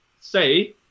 say